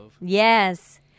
yes